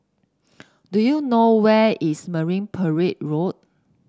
do you know where is Marine Parade Road